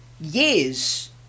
years